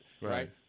right